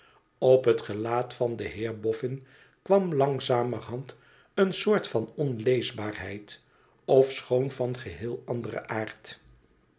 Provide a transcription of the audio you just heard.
op het gelaat van den heer boffin kwam langzamerhand een soort van onleesbaarheid ofschoon van geheel anderen aard